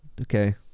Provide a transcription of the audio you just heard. Okay